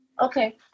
Okay